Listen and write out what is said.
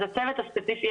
אז הצוות הזה ספציפית,